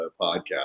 podcast